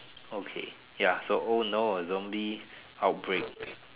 okay ya so oh no zombie outbreak